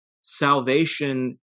salvation